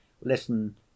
listen